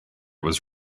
was